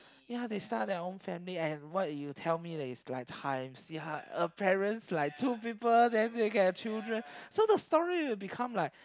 ya they start their own family and what you tell me that is like time see how a parents like two people then they can have children so the story will become like